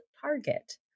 Target